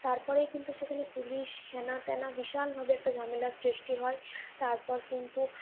তারপরে কিন্তু সেখানে পুলিশ হেনা ত্যানা বিশালভাবে একটা ঝামেলার সৃষ্টি হয় তারপর কিন্তু